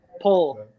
pull